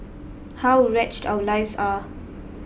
how wretched our lives are